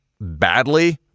badly